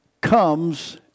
comes